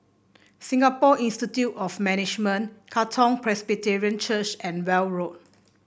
Singapore Institute of Management Katong Presbyterian Church and Weld Road